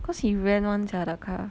cause he rent [one] sia the car